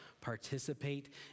participate